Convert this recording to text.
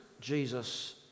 Jesus